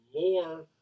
more